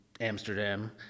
Amsterdam